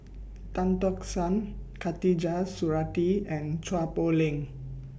Tan Tock San Khatijah Surattee and Chua Poh Leng